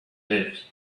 lived